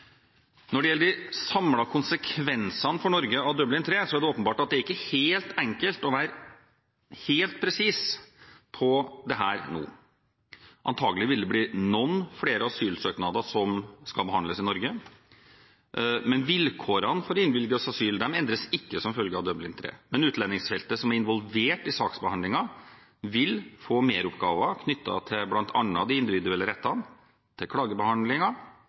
Når det gjelder de samlede konsekvensene for Norge av Dublin III, er det åpenbart at det ikke er helt enkelt å være helt presis på dette nå. Antakelig vil det bli noen flere asylsøknader som skal behandles i Norge. Vilkårene for å innvilges asyl endres ikke som følge av Dublin III. Men utlendingsfeltet, som er involvert i saksbehandlingen, vil få meroppgaver knyttet til bl.a. de individuelle rettene,